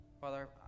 Father